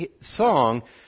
song